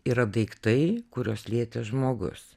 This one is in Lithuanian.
yra daiktai kuriuos lietė žmogus